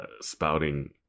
spouting